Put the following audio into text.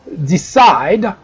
decide